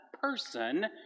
person